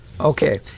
okay